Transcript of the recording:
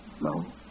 No